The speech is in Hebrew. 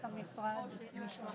(הישיבה נפסקה בשעה 17:41 ונתחדשה